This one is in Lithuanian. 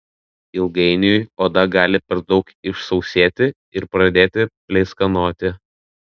ilgainiui oda gali per daug išsausėti ir pradėti pleiskanoti